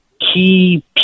key